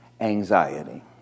anxiety